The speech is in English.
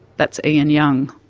that's ian young.